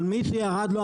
אבל יש נתונים.